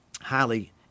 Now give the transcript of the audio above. highly